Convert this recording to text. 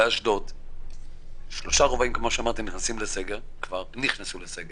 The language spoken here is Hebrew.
באשדוד שלושה רובעים נכנסים לסגר, כבר נכנסו לסגר,